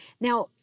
Now